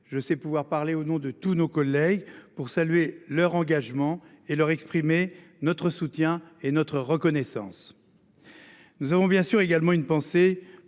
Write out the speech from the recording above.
Je sais pouvoir parler au nom de tous nos collègues pour saluer leur engagement et leur exprimer notre soutien et notre reconnaissance. Nous avons bien sûr également une pensée